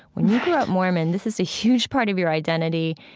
when you grow up mormon, this is a huge part of your identity.